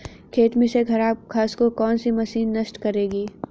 खेत में से खराब घास को कौन सी मशीन नष्ट करेगी?